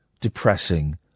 depressing